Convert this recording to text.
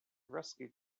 rescued